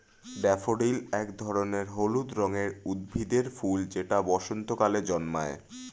daffodil এক ধরনের হলুদ রঙের উদ্ভিদের ফুল যেটা বসন্তকালে জন্মায়